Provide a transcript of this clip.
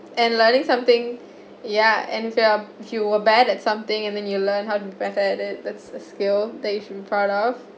and learning something ya and if you're if you were bad at something and then you learn how to the the skill that you should be proud of